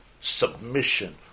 submission